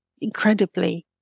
incredibly